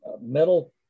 metal